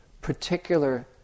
particular